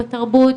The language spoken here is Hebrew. בתרבות,